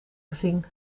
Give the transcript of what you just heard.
gezien